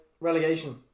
relegation